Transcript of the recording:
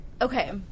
Okay